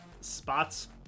spots